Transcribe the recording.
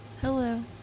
Hello